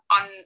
on